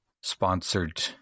sponsored